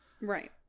Right